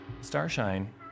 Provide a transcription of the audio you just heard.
Starshine